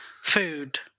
food